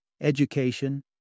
education